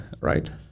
right